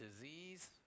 disease